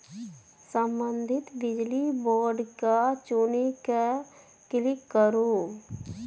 संबंधित बिजली बोर्ड केँ चुनि कए क्लिक करु